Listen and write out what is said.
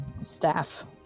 staff